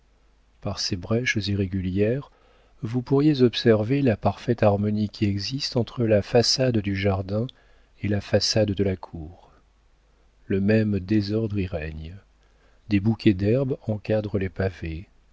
par ces brèches irrégulières vous pourriez observer la parfaite harmonie qui existe entre la façade du jardin et la façade de la cour le même désordre y règne des bouquets d'herbes encadrent les pavés